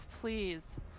Please